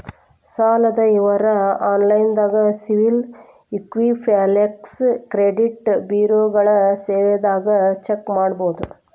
ಸಾಲದ್ ವಿವರ ಆನ್ಲೈನ್ಯಾಗ ಸಿಬಿಲ್ ಇಕ್ವಿಫ್ಯಾಕ್ಸ್ ಕ್ರೆಡಿಟ್ ಬ್ಯುರೋಗಳ ಸೇವೆದಾಗ ಚೆಕ್ ಮಾಡಬೋದು